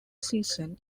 season